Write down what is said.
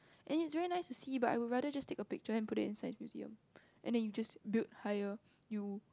and it's very nice to see but I would rather take a picture and put it in Science Museum and then you just build higher you